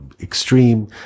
extreme